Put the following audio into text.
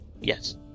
Yes